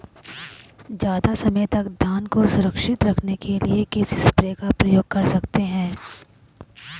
ज़्यादा समय तक धान को सुरक्षित रखने के लिए किस स्प्रे का प्रयोग कर सकते हैं?